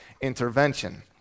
intervention